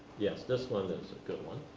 yes, this one is a good one.